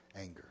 anger